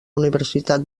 universitat